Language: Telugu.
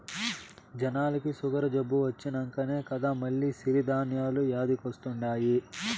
జనాలకి సుగరు జబ్బు వచ్చినంకనే కదా మల్ల సిరి ధాన్యాలు యాదికొస్తండాయి